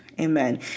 amen